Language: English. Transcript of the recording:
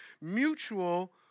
mutual